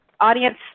audience